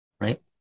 Right